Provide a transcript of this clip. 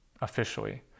officially